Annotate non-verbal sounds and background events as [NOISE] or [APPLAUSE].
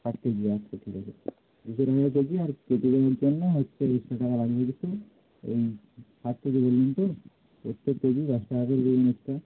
ষাট কেজি আচ্ছা ঠিক আছে [UNINTELLIGIBLE] আর কেটে দেওয়ার জন্য হচ্ছে এক্সট্রা টাকা লাগবে [UNINTELLIGIBLE] ওই ষাট কেজি বললেন তো [UNINTELLIGIBLE]